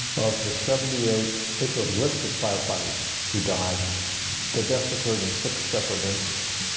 of the seventy eight officially listed firefighters who died the deaths occurred in six separate incidents?